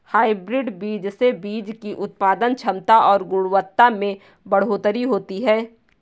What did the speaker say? hybrid बीज से बीज की उत्पादन क्षमता और गुणवत्ता में बढ़ोतरी होती है